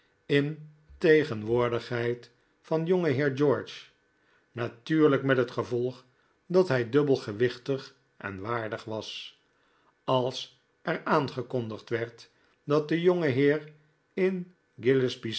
in tegenwoordigheid van jongeheer george natuurlijk met het gevolg dat hij dubbel gewichtig en waardig was als er aangekondigd werd dat de jongeheer in